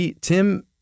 Tim